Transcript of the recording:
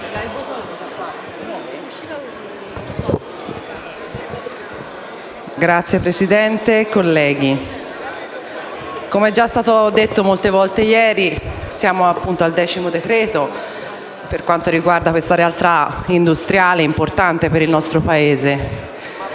Signora Presidente, colleghi, come già detto molte volte ieri, siamo al decimo decreto-legge per quanto riguarda questa realtà industriale importante per il nostro Paese.